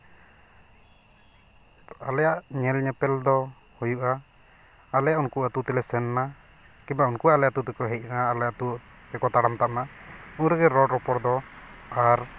ᱟᱞᱮᱭᱟᱜ ᱧᱮᱞᱼᱧᱮᱯᱮᱞ ᱫᱚ ᱦᱩᱭᱩᱜᱼᱟ ᱟᱞᱮ ᱩᱱᱠᱩ ᱟᱛᱳ ᱛᱮᱞᱮ ᱥᱮᱱᱼᱱᱟ ᱠᱤᱝᱵᱟ ᱩᱱᱠᱩ ᱟᱞᱮ ᱟᱛᱳ ᱛᱮᱠᱚ ᱦᱮᱡᱼᱱᱟ ᱟᱞᱮ ᱟᱛᱳ ᱛᱮᱠᱚ ᱛᱟᱲᱟᱢ ᱛᱟᱯᱼᱮᱱᱟ ᱩᱱ ᱨᱮᱜᱮ ᱨᱚᱲᱼᱨᱚᱯᱚᱲ ᱫᱚ ᱟᱨ